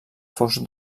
fos